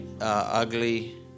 ugly